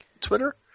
Twitter